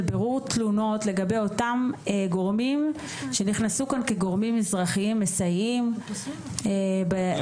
בירור תלונות לגבי אותם גורמים שנכנסו כאן כגורמים אזרחיים מסייעים בחוק,